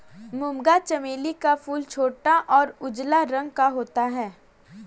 मूंगा चमेली का फूल छोटा और उजला रंग का होता है